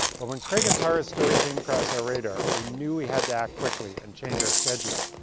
but when craig and tara's story came across our radar, we knew we had to act quickly and change our schedule.